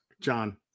John